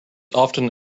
often